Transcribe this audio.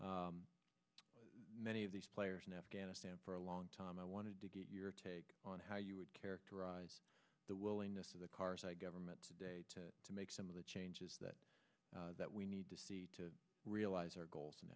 many of these players in afghanistan for a long time i wanted to get your take on how you would characterize the willingness of the karzai government today to make some of the changes that that we need to see to realize our goals in